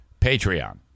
Patreon